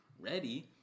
ready